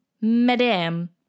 madam